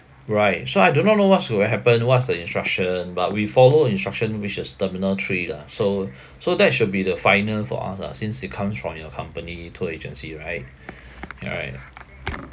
right so I do not know what should happen what's the instruction but we follow instruction which is terminal three lah so so that should be the final for us lah since he comes from your accompany tour agency right ya right